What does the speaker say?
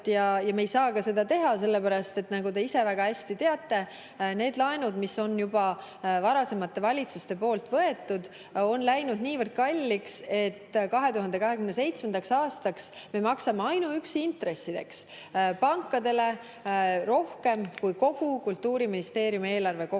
Me ei saa ka seda teha, sest nagu te ise väga hästi teate, need laenud, mis on juba varasemate valitsuste poolt võetud, on läinud niivõrd kalliks, et 2027. aastaks me maksame ainuüksi intressideks pankadele rohkem, kui on kogu Kultuuriministeeriumi eelarve kokku.